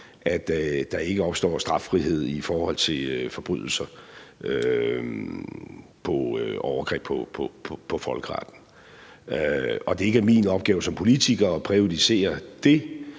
at der ikke opstår straffrihed i forhold til forbrydelser om overgreb på folkeretten, og det er ikke min opgave som politiker at præjudicere ,